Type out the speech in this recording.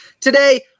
Today